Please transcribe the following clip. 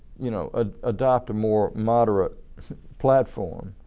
you know ah adapt a more moderate platform